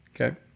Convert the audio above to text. Okay